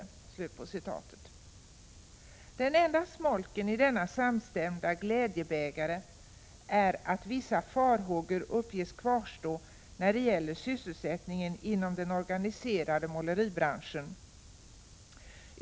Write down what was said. Den enda smolken i glädjebägaren är att vissa farhågor uppges kvarstå beträffande sysselsättningen inom den organiserade måleribranschen.